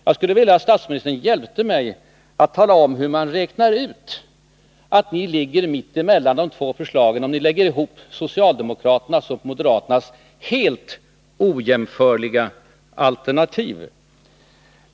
Jag skulle vilja att statsministern hjälpte mig att tala om hur man räknar ut att ni ligger mitt emellan de två förslagen, om ni lägger ihop socialdemokraternas och moderaternas helt ojämförliga alternativ.